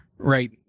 Right